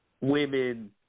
women